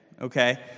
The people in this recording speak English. Okay